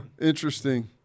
interesting